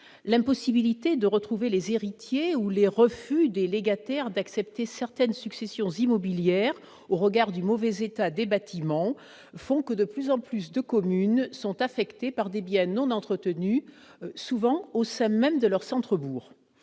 L'impossibilité de retrouver les héritiers ou le refus des légataires d'accepter certaines successions immobilières au regard du mauvais état des bâtiments font que de plus en plus de communes sont affectées par des biens non entretenus, souvent au coeur même de leur centre-bourg.